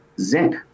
Zinc